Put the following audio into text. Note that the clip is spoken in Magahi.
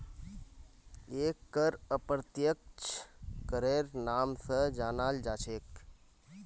एक कर अप्रत्यक्ष करेर नाम स जानाल जा छेक